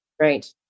Right